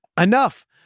enough